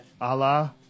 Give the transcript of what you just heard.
Allah